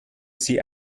sie